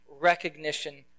recognition